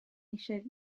eisiau